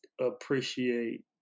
appreciate